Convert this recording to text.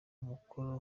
mukoro